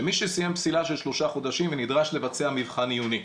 שמי שסיים פסילה של שלושה חודשים ונדרש לבצע מבחן עיוני,